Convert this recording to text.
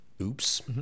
Oops